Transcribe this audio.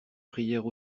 prières